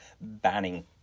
banning